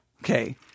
Okay